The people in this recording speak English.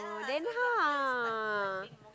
then how